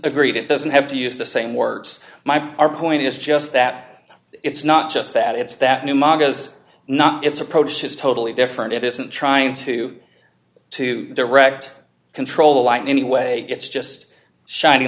agreed it doesn't have to use the same words my our point is just that it's not just that it's that new model is not its approach is totally different it isn't trying to to direct control the line anyway it's just shin